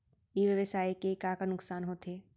ई व्यवसाय के का का नुक़सान होथे?